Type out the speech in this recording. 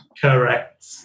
Correct